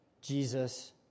Jesus